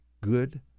good